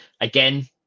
again